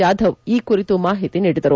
ಜಾಧವ್ ಈ ಕುರಿತು ಮಾಹಿತಿ ನೀಡಿದರು